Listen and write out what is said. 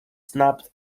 snapped